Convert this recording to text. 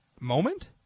moment